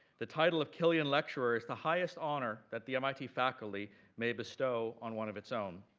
the title of killian lecturer is the highest honor that the mit faculty may bestow on one of its own.